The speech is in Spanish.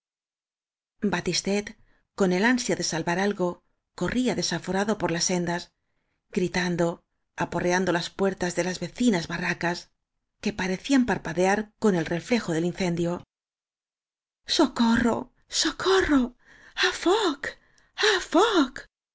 batistet con el ansia de salvar algo corría desaforado por las sendas gritando aporreando las puertas de las vecinas barracas que pare cían parpadear con el reflejo del incendio socorro socorro